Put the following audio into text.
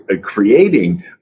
creating